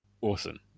Awesome